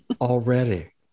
already